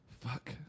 Fuck